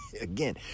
again